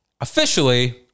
Officially